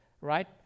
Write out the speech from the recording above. right